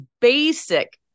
basic